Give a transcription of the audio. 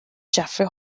jeffery